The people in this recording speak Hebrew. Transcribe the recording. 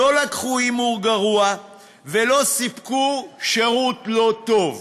לא לקחו הימור גרוע ולא נתנו שירות לא טוב.